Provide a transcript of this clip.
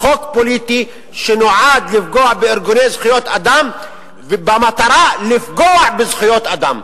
חוק פוליטי שנועד לפגוע בארגוני זכויות אדם במטרה לפגוע בזכויות אדם.